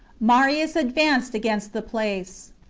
marius ad vanced against the place.